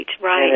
right